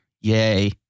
yay